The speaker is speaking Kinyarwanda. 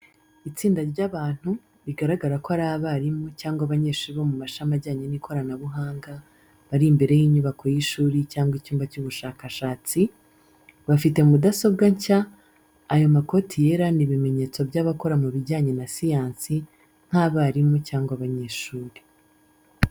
Itsinda ry’abantu, bigaragara ko ari abarimu cyangwa abanyeshuri bo mu mashami ajyanye n'ikoranabuhanga bari imbere y'inyubako y’ishuri cyangwa icyumba cy'ubushakashatsi, bafite mudasobwa nshya, ayo makoti yera ni ibimenyetso by'abakora mu bijyanye na siyansi nk’abarimu cyangwa abanyeshuri.